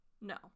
No